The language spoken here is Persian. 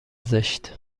زشت